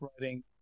writing